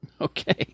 Okay